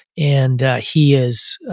and he is